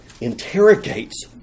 interrogates